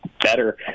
better